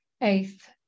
eighth